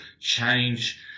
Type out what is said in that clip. change